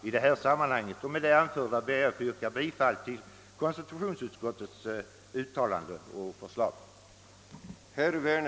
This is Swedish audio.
Med det anförda ber jag att få yrka bifall till konstitutionsutskottets uttalande och hemställan.